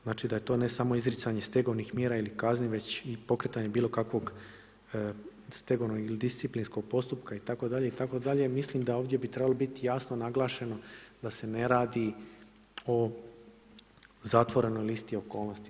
Znači da je to ne samo izricanje stegovnih mjera ili kazne, već i pokretanje bilo kakvog stegovnog ili disciplinskog postupka itd. itd. mislim da ovdje bi trebalo biti jasno naglašeno, da se ne radi o zatvorenoj listi okolnosti.